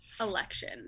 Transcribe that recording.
election